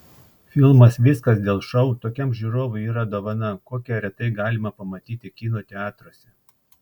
filmas viskas dėl šou tokiam žiūrovui yra dovana kokią retai galima pamatyti kino teatruose